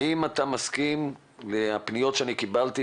האם אתה מסכים מהפניות שקיבלתי,